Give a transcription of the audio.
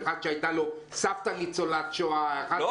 אחד שהייתה לו סבתא ניצולת שואה -- לא,